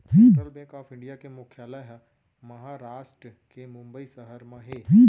central bank of India के मुख्यालय ह महारास्ट के बंबई सहर म हे